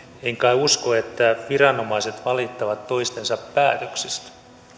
en kai usko että viranomaiset valittavat toistensa päätöksistä